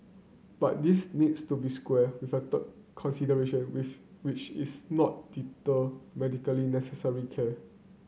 but this needs to be square with a third consideration with which is not deter medically necessary care